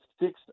six